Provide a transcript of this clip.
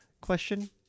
question